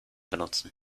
benutzen